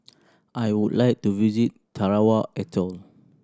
I would like to visit Tarawa Atoll